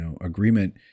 agreement